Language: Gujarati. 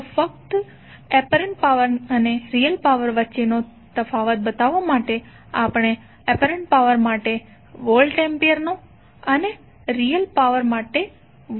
તો ફક્ત એપરન્ટ પાવર અને રીયલ પાવર વચ્ચેનો તફાવત બતાવવા માટે આપણે એપરન્ટ પાવર માટે વોલ્ટ એમ્પીયરનો અને રીયલ પાવર માટે વોટનો ઉપયોગ કરીએ છીએ